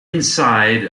inside